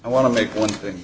i want to make one thing